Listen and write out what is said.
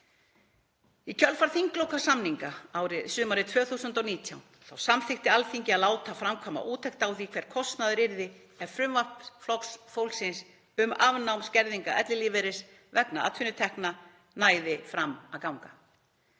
Í kjölfar þinglokasamninga sumarið 2019 samþykkti Alþingi að láta framkvæma úttekt á því hver kostnaður yrði ef frumvarp Flokks fólksins, um afnám skerðinga ellilífeyris vegna atvinnutekna, næði fram að ganga.